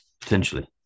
potentially